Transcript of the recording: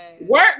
Work